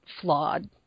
flawed